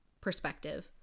perspective